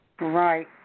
Right